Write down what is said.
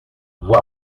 voie